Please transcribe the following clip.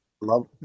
Love